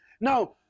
Now